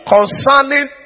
Concerning